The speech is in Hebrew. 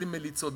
בלי מליצות,